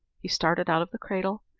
he started out of the cradle,